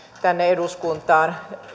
tänne eduskuntaan